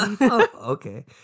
Okay